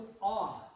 awe